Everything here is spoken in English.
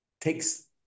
takes